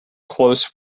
close